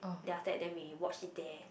then after that then we watch it there